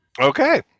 Okay